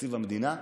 מתקציב המדינה.